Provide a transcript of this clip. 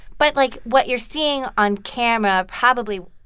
but, like, what you're seeing on camera probably,